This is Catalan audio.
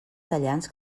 tallants